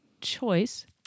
choice